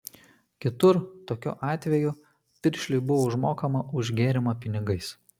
kitur tokiu atveju piršliui buvo užmokama už gėrimą pinigais